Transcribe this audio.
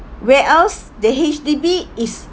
where else the H_D_B is